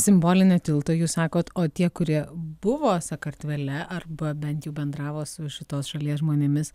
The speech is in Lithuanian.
simbolinį tiltą jūs sakote o tie kurie buvo sakartvele arba bent jau bendravo su šitos šalies žmonėmis